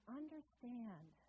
understand